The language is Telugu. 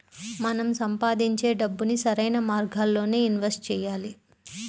మనం సంపాదించే డబ్బుని సరైన మార్గాల్లోనే ఇన్వెస్ట్ చెయ్యాలి